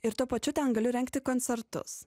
ir tuo pačiu ten galiu rengti koncertus